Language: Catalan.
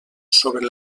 sobre